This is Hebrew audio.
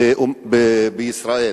בישראל,